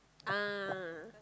ah